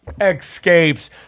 escapes